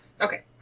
Okay